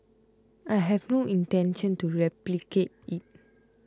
I have no intention to replicate it